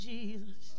Jesus